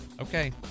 okay